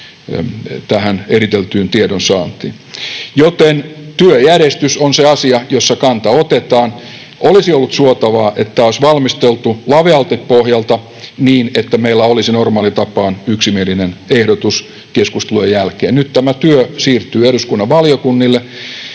tähän eriteltyyn tiedonsaantiin. Joten työjärjestys on se asia, jossa kanta otetaan. Olisi ollut suotavaa, että tämä olisi valmisteltu lavealta pohjalta niin, että meillä olisi normaaliin tapaan yksimielinen ehdotus keskustelujen jälkeen. Nyt tämä työ siirtyy eduskunnan valiokunnille,